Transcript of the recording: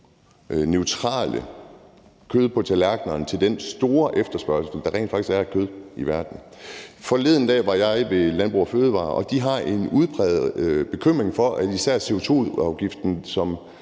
CO2-neutrale kød på tallerkenerne til den store efterspørgsel af kød, der rent faktisk er i verden. Forleden dag var jeg hos Landbrug & Fødevarer, og de har en udpræget bekymring for, at især CO2-afgiften, som